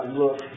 look